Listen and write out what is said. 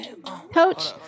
Coach